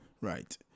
right